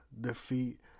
defeat